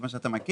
כמו שאתה מכיר.